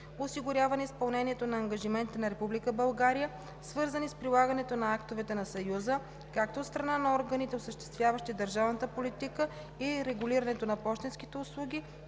осигуряване изпълнението на ангажиментите на Република България, свързани с прилагането на актовете на Съюза както от страна на органите, осъществяващи държавната политика и регулирането на пощенските услуги,